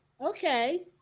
okay